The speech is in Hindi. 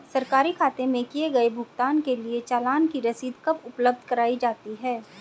सरकारी खाते में किए गए भुगतान के लिए चालान की रसीद कब उपलब्ध कराईं जाती हैं?